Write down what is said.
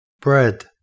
Bread